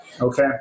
Okay